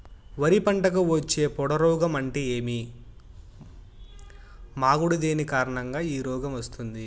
వరి పంటకు వచ్చే పొడ రోగం అంటే ఏమి? మాగుడు దేని కారణంగా ఈ రోగం వస్తుంది?